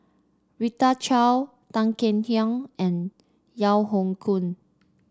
Rita Chao Tan Kek Hiang and Yeo Hoe Koon